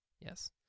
Yes